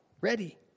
ready